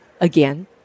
Again